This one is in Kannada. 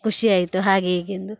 ಖುಷಿ ಆಯಿತು ಹಾಗೆ ಹೀಗೆ ಎಂದು